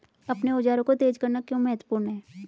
अपने औजारों को तेज करना क्यों महत्वपूर्ण है?